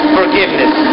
forgiveness